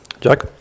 Jack